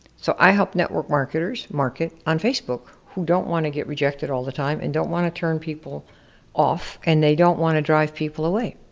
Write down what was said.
so i help network marketers market on facebook, who don't wanna get rejected all the time and don't wanna turn people off and they don't wanna drive people away,